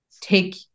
take